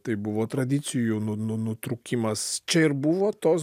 tai buvo tradicijų nu nu nutrūkimas čia ir buvo tos